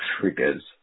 triggers